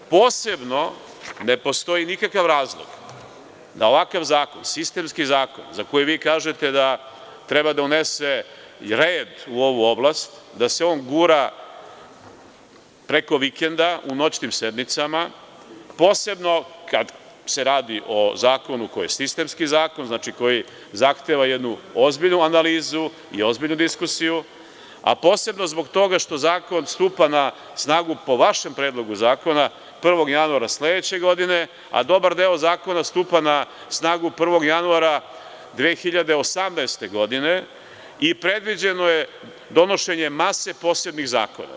Posebno ne postoji nikakav razlog da ovakav zakon, sistemski zakon, za koji vi kažete da treba da unese red u ovu oblast, da se on gura preko vikenda u noćnim sednicama, posebno kad se radi o zakonu koji je sistemski zakon, znači, koji zahteva jednu ozbiljnu analizu i ozbiljnu diskusiju, a posebno zbog toga što zakon stupa na snagu po vašem Predlogu zakona 1. januara sledeće godine, a dobar deo zakona stupa na snagu 1. januara 2018. godine i predviđeno je donošenje mase posebnih zakona.